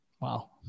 Wow